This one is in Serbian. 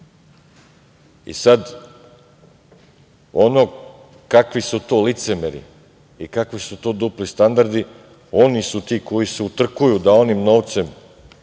sada ono kakvi su to licemeri i kakvi su to dupli standardi, oni su ti koji se utrkuju da onim novcem